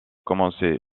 commencé